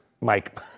Mike